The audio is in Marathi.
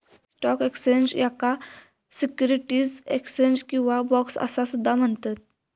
स्टॉक एक्स्चेंज, याका सिक्युरिटीज एक्स्चेंज किंवा बोर्स असा सुद्धा म्हणतत